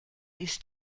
ist